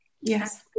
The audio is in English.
Yes